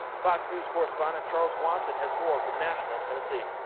fox news correspondent charles watson has more from nashville, tennessee.